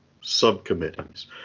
subcommittees